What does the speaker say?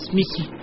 Missy